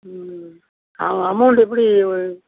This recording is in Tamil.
ம் அமௌண்ட்டு எப்படி வ